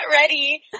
ready